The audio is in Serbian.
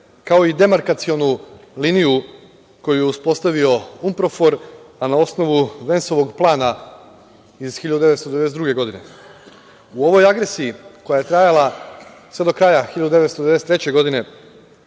kao i demarkacionu liniju koju je uspostavio Unprofor, a na osnovu Vensovog plana iz 1992. godine.U ovoj agresiji, koja je trajala sve do kraja 1993. godine,